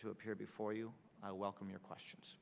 to appear before you i welcome your questions